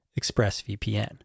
ExpressVPN